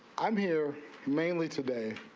i'm here mainly today.